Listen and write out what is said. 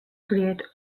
create